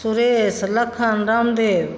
Suresh Lakhan Ramdev